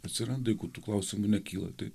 atsiranda jeigu tų klausimų nekyla tai